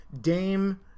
Dame